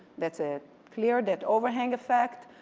that's a clear that overhang effect.